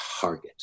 target